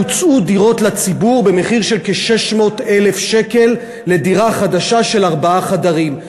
יוצעו לציבור דירות במחיר של כ-600,000 שקל לדירה חדשה של ארבעה חדרים,